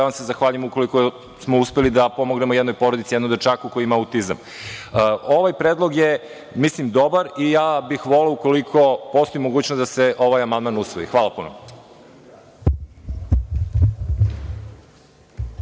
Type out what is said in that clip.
zahvaljujem, ukoliko smo uspeli da pomognemo jednoj porodici, jednom dečaku koji ima autizam. Ovaj predlog je dobar i ja bih voleo ukoliko postoji mogućnost da se ovaj amandman usvoji. Hvala.